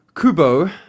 Kubo